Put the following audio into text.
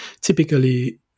Typically